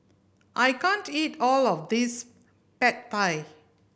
I can't eat all of this Pad Thai